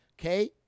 Okay